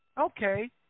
Okay